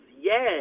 yes